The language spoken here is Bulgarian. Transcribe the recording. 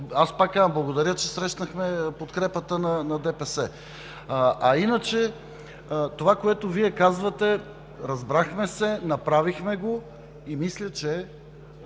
Аз пак казвам, благодаря, че срещнахме подкрепата на ДПС, а иначе това, което Вие казвате, разбрахме се, направихме го и мисля, че